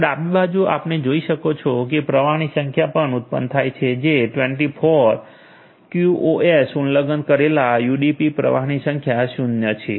તો ડાબી બાજુ આપણે જોઈ શકો છો કે પ્રવાહની સંખ્યા પણ ઉત્પન્ન થાય છે જે 24 ચોવીસ છે ક્યુઓએસનું ઉલ્લંઘન કરેલા યુડીપી પ્રવાહની સંખ્યા 0 શૂન્ય છે